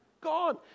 Gone